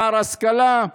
פער השכלה,